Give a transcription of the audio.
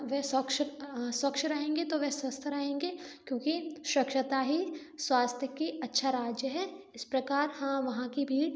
वे स्वच्छ स्वच्छ रहेंगे तो वे स्वस्थ रहेंगे क्योंकि स्वच्छता ही स्वास्थ्य की अच्छा राज्य हैं इस प्रकार हाँ वहाँ की भी